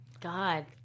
God